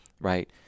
right